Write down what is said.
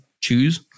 choose